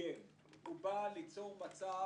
בא ליצור מצב